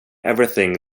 everything